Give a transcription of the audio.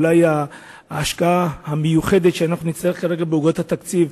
אולי ההשקעה המיוחדת שנצטרך בעוגת התקציב,